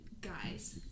guys